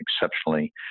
exceptionally